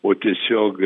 o tiesiog